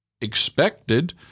expected